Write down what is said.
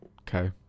okay